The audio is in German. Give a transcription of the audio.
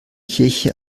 kirche